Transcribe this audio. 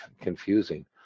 confusing